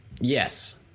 yes